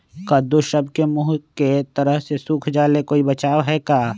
कददु सब के मुँह के तरह से सुख जाले कोई बचाव है का?